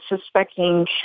suspecting